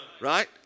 Right